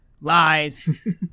Lies